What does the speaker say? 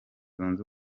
zunze